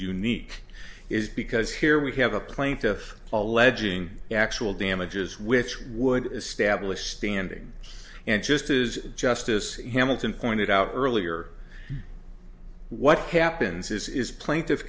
unique is because here we have a plaintiff alleging actual damages which would establish standing and just is justice hamilton pointed out earlier what happens is is plainti